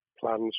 plans